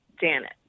Janet